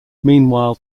meanwhile